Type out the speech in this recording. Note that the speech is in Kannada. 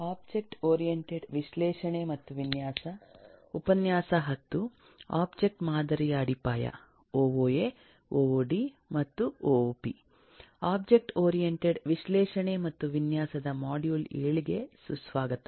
ಒಬ್ಜೆಕ್ಟ್ ಮಾದರಿಯ ಅಡಿಪಾಯ ಒಒಎ ಒಒಡಿ ಮತ್ತು ಒಒಪಿ ಒಬ್ಜೆಕ್ಟ್ ಓರಿಯಂಟೆಡ್ ವಿಶ್ಲೇಷಣೆ ಮತ್ತು ವಿನ್ಯಾಸದ ಮಾಡ್ಯೂಲ್ 7 ಗೆ ಸುಸ್ವಾಗತ